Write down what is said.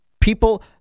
people